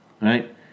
right